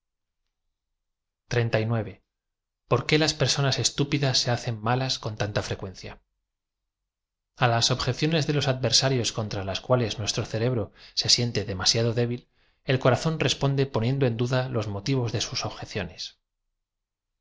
o r qué las personas estúpidas se hacen malas con tanta frtcu tn cia a laa objeciones de los adversarios contra las cua les nuestro cerebro se aleóte demasiado débil el cora zón responde poniendo en duda los motivos de aos ob